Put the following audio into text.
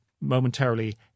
momentarily